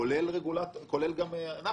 כולל גם אנחנו,